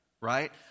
right